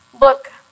look